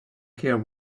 care